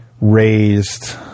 raised